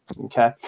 Okay